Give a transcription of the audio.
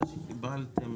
מה שקיבלתם